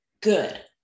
good